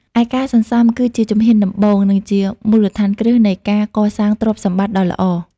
ឯការសន្សំ គឺជាជំហានដំបូង និងជាមូលដ្ឋានគ្រឹះនៃការកសាងទ្រព្យសម្បត្តិដ៏ល្អ។